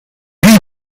deep